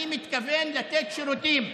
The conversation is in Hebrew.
אני מתכוון לתת שירותים.